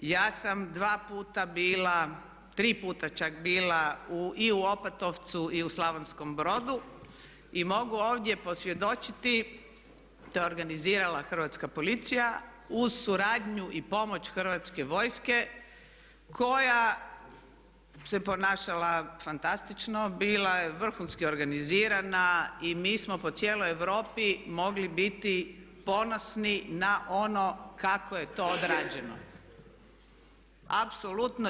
Ja sam dva puta bila, tri puta čak bila i u Opatovcu i u Slavonskom Brodu i mogu ovdje posvjedočiti to je organizirala Hrvatska policija uz suradnju i pomoć Hrvatske vojske koja se ponašala fantastično, bila je vrhunski organizirana i mi smo po cijeloj Europi mogli biti ponosni na ono kako je to odrađeno, apsolutno.